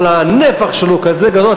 אבל הנפח שלה כזה גדול,